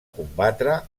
combatre